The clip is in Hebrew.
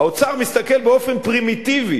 האוצר מסתכל באופן פרימיטיבי